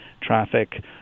traffic